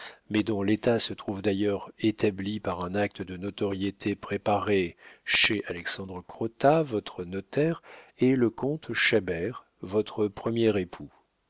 mais dont l'état se trouve d'ailleurs établi par un acte de notoriété préparé chez alexandre crottat votre notaire est le comte chabert votre premier époux